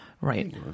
Right